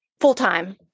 full-time